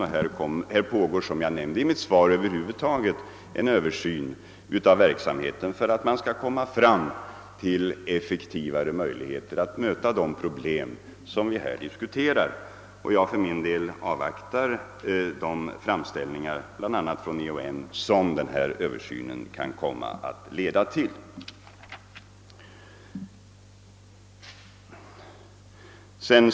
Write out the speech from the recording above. Över huvud taget pågår, som jag också framhållit i svaret, en översyn av verksamheten för att man skall få möjlighet att på ett effektivare sätt möta de problem som vi nu diskuterar. Jag för min del avvaktar de framställningar, bl.a. från EON, som översynen kan komma att leda till.